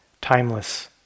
timeless